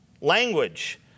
language